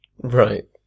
Right